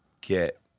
get